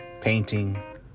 painting